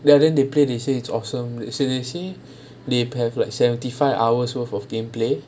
ya then they play they say it's awesome see and see they have like seventy five hours worth of gameplay